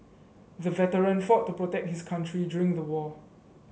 the veteran fought to protect his country during the war